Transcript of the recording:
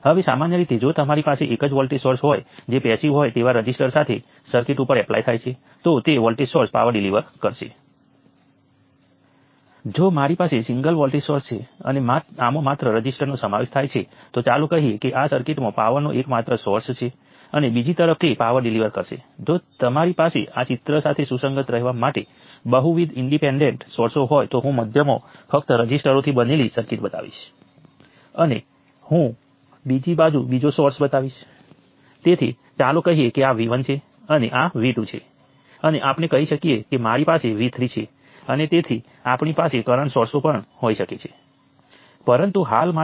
તેથી સામાન્ય રીતે N નોડ્સ સાથેના સર્કિટમાં આપણી પાસે માત્ર N 1 ઈન્ડિપેન્ડેન્ટ કિર્ચોફ કરંટ લૉના ઈકવેશન્સ હશે